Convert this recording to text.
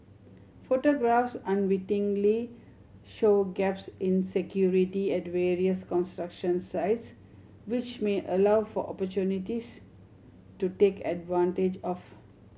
photographs unwittingly show gaps in security at various construction sites which may allow for opportunists to take advantage of